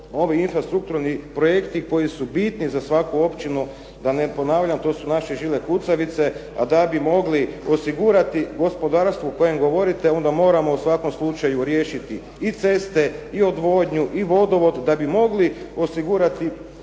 ovi infrastrukturni projekti koji su bitni za svaku općinu, da ne ponavljam to su naše žile kucavice a da bi mogli osigurati gospodarstvo o kojem govorite onda moramo u svakom slučaju riješiti i ceste, i odvodnju, i vodovod da bi mogli osigurati